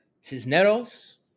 Cisneros